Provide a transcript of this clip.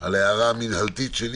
על ההערה המינהלתית שלי